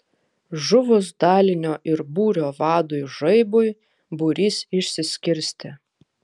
žuvus dalinio ir būrio vadui žaibui būrys išsiskirstė